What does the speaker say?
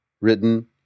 written